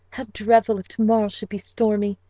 how dreadful if to-morrow should be stormy!